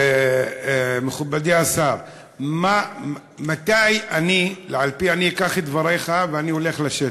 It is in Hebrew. מכובדי השר, אני אקח את דבריך, ואני הולך לשטח.